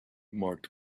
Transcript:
marked